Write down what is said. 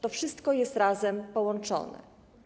To wszystko jest razem połączone.